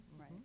right